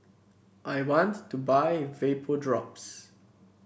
I want to buy Vapodrops